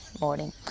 morning